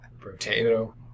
Potato